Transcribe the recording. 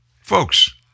Folks